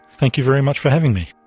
thank you very much for having me